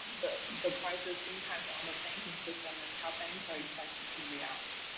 the the crisis impact on the banking system and how banks are expected to react.